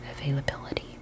availability